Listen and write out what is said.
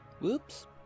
Whoops